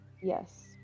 Yes